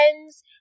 friends